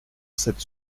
cette